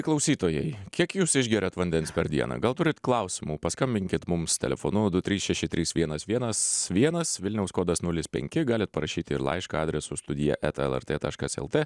klausytojai kiek jūs išgeriat vandens per dieną gal turit klausimų paskambinkit mums telefonu du trys šeši trys vienas vienas vienas vilniaus kodas nulis penki galit parašyti ir laišką adresu studija eta lrt taškas lt